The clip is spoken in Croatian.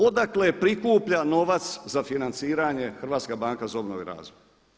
Odakle prikuplja novac za financiranje Hrvatska banka za obnovu i razvoj?